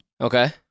Okay